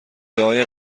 ادعای